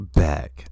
back